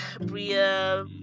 Bria